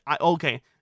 Okay